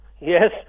Yes